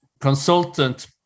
consultant